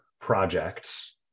projects